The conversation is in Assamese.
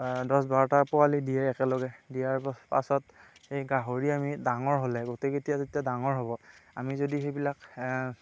দহ বাৰটা পোৱালী দিয়ে একেলগে দিয়াৰ পা পাছত সেই গাহৰি আমি ডাঙৰ হ'লে গোটেইকেইটা যেতিয়া ডাঙৰ হ'ব আমি যদি সেইবিলাক